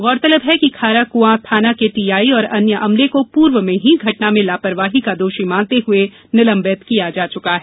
गौरतलब है कि खारा कुआं थाना के टीआई और अन्य अमले को पूर्व में ही घटना में लापरवाही का दोषी मानते हुए निलंबित किया जा चुका है